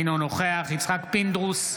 אינו נוכח יצחק פינדרוס,